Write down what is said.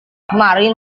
kemarin